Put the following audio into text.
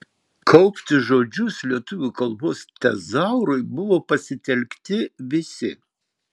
kaupti žodžius lietuvių kalbos tezaurui buvo pasitelkti visi